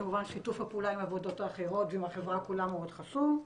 כמובן שיתוף הפעולה עם הוועדות החברות ועם החברה כולה מאוד חשוב,